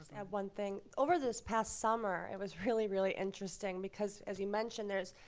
have one thing. over this past summer, it was really, really interesting because, as you mentioned, there's